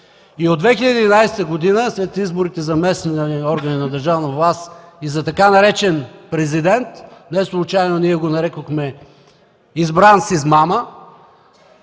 От 2011 г. след изборите за местни органи и държавна власт и за така наречен „президент”, неслучайно ние го нарекохме „избран с измама”,